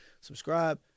subscribe